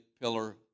pillar